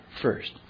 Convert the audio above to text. first